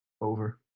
Over